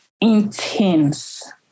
Intense